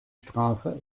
straße